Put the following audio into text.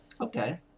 Okay